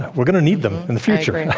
we're going to need them in the future. and i